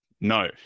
no